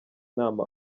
inama